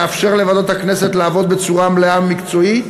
לאפשר לוועדות הכנסת לעבוד בצורה מלאה ומקצועית